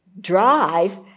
drive